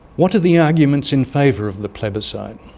what are the arguments in favour of the plebiscite?